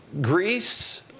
Greece